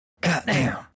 Goddamn